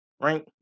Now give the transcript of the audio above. right